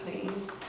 please